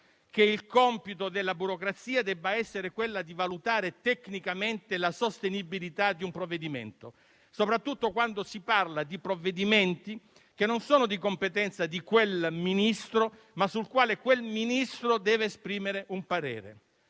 che il compito della burocrazia debba essere valutare tecnicamente la sostenibilità di un provvedimento, soprattutto quando si parla di provvedimenti che non sono di competenza di un certo Ministro, ma sul quale quel Ministro deve esprimere un parere.